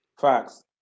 Facts